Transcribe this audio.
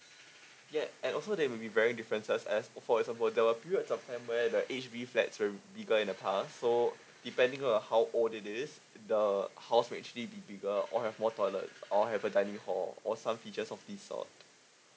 yea and also they will be vary differences as for example there were period of time where the aged be flats were bigger in the past so depending on how old it is the house will actually be bigger or have more toilet or have a dining hall or some features of resort